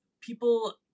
people